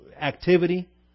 activity